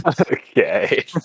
Okay